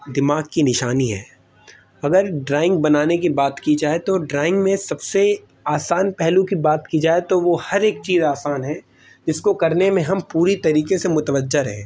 دماغ کی نشانی ہے اگر ڈرائنگ بنانے کی بات کی جائے تو ڈرائنگ میں سب سے آسان پہلو کی بات کی جائے تو وہ ہر ایک چیز آسان ہے جس کو کرنے میں ہم پوری طریقے سے متوجہ رہے